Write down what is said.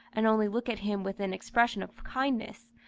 and only look at him with an expression of kindness,